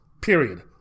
Period